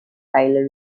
tyler